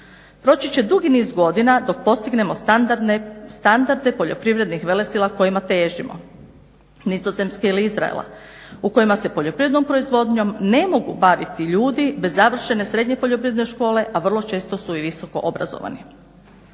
Proći će dugi niz godina dok postignemo standarde poljoprivrednih velesila kojima težimo Nizozemske ili Izraela u kojima se poljoprivrednom proizvodnjom ne mogu baviti ljudi bez završene srednje poljoprivredne škole, a vrlo često su i visoko obrazovani.